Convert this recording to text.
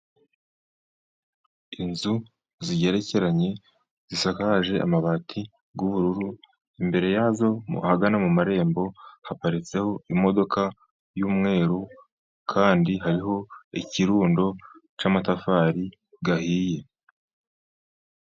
Inzu zigerekeranye zisakaje amabati y'ubururu, imbere yazo ahagana mu marembo, haparitseho imodoka y'umweru kandi hariho ikirundo cy'amatafari ahiye.